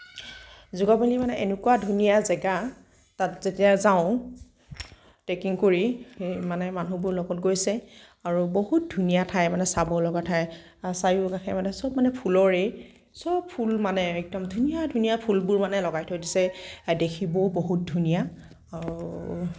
যোগ' ভেলী মানে এনেকুৱা ধুনীয়া জেগা তাত যেতিয়া যাওঁ ট্ৰেকিং কৰি মানে মানুহবোৰ লগত গৈছে আৰু বহুত ধুনীয়া ঠাই মানে চাবলগা ঠাই চাৰিওকাষে মানে সব মানে ফুলৰেই সব ফুল মানে একদম ধুনীয়া ধুনীয়া ফুলবোৰ মানে লগাই থৈ দিছে দেখিবও বহুত ধুনীয়া